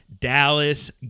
Dallas